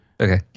Okay